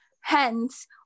hence